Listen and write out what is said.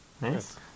nice